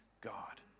God